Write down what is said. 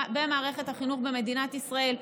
במערכת החינוך במדינת ישראל,